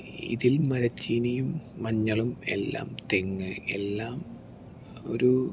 ഇതിൽ മരച്ചീനിയും മഞ്ഞളും എല്ലാം തെങ്ങ് എല്ലാം ഒരു